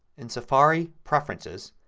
in safari preferences,